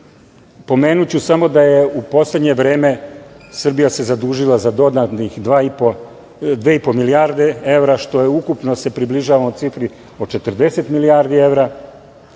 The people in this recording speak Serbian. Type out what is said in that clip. pomenuću da je u poslednje vreme Srbija se zadužila za dodatnih dve i po milijarde evra, što se ukupno približavamo cifri od 40 milijardi evra.